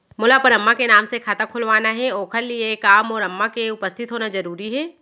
मोला अपन अम्मा के नाम से खाता खोलवाना हे ओखर लिए का मोर अम्मा के उपस्थित होना जरूरी हे?